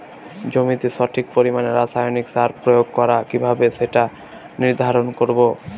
জমিতে সঠিক পরিমাণে রাসায়নিক সার প্রয়োগ করা কিভাবে সেটা নির্ধারণ করব?